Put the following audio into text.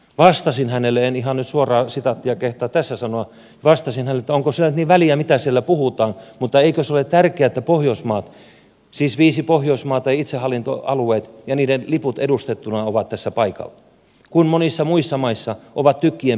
vastasin hänelle en ihan nyt suoraa sitaattia kehtaa tässä sanoa että onko sillä nyt niin väliä mitä siellä puhutaan mutta eikö se ole tärkeää että pohjoismaat siis viisi pohjoismaata itsehallintoalueet ja niiden liput edustettuina ovat tässä paikalla kun monissa muissa maissa ovat tykkien piiput vastatusten